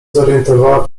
zorientowała